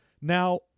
Now